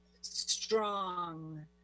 strong